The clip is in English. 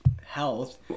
health